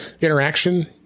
Interaction